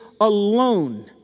alone